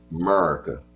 America